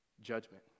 Judgment